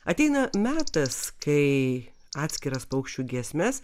ateina metas kai atskiras paukščių giesmes